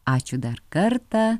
ačiū dar kartą